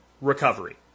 recovery